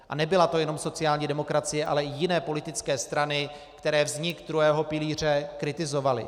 A nebyla to jenom sociální demokracie, ale i jiné politické strany, které vznik druhého pilíře kritizovaly.